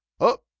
up